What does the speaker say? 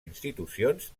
institucions